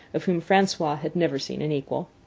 of whom francois had never seen an equal.